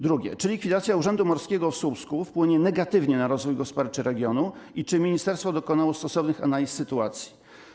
Drugie: Czy likwidacja Urzędu Morskiego w Słupsku wpłynie negatywnie na rozwój gospodarczy regionu i czy ministerstwo dokonało stosownych analiz sytuacji?